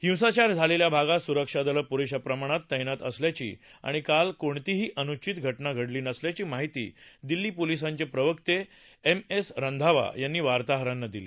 हिंसाचार झालेल्या भागात सुरक्षा दलं पुरेशा प्रमाणात तत्तित असल्याची आणि काल कोणतीही अनुषित घटना घडली नसल्याची माहिती दिल्ली पोलिसांचे प्रवक्ते एम एस रंधावा यांनी वार्ताहरांना दिली